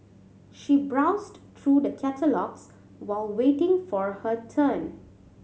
she browsed through the catalogues while waiting for her turn